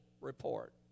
report